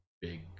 big